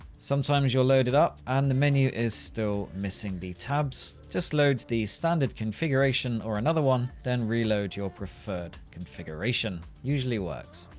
sometimes you'll load it up and the menu is still missing the tabs, just load the standard configuration or another then reload your preferred configuration. usually works.